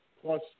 plus